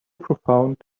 profound